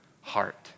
heart